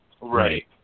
right